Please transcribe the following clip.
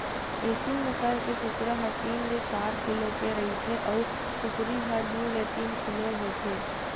एसील नसल के कुकरा ह तीन ले चार किलो के रहिथे अउ कुकरी ह दू ले तीन किलो होथे